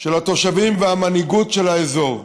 של התושבים והמנהיגות של האזור.